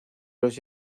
los